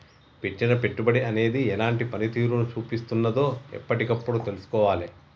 పెట్టిన పెట్టుబడి అనేది ఎలాంటి పనితీరును చూపిస్తున్నదో ఎప్పటికప్పుడు తెల్సుకోవాలే